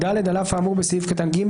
על אף האמור בסעיף קטן (ג),